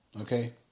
okay